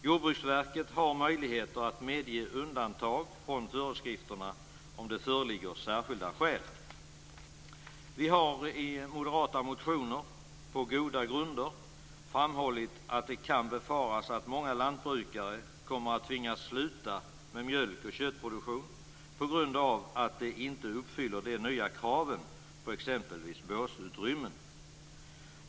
Jordbruksverket har möjligheter att medge undantag från föreskrifterna om det föreligger särskilda skäl. Vi har i moderata motioner på goda grunder framhållit att det kan befaras att många lantbrukare kommer att tvingas sluta med mjölk och köttproduktion på grund av att de inte uppfyller de nya kraven på exempelvis båsutrymmen.